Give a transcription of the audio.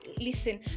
listen